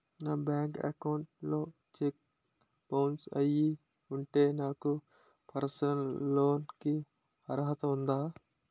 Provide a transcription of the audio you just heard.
నా bank account లో check bounce అయ్యి ఉంటే నాకు పర్సనల్ లోన్ కీ అర్హత ఉందా?